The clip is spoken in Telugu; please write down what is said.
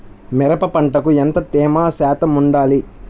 మిరప పంటకు ఎంత తేమ శాతం వుండాలి?